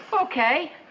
Okay